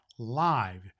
live